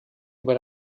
über